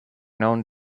known